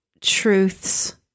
truths